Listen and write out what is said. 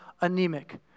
anemic